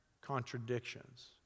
contradictions